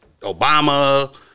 Obama